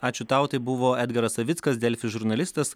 ačiū tau tai buvo edgaras savickas delfi žurnalistas